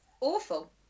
awful